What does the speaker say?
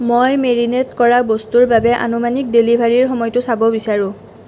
মই মেৰিনেট কৰা বস্তুৰ বাবে আনুমানিক ডেলিভাৰীৰ সময়টো চাব বিচাৰোঁ